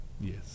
yes